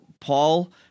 Paul